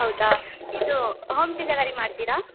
ಹೌದಾ ಇದು home delivery ಮಾಡ್ತಿರಾ